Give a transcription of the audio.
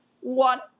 one